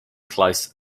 close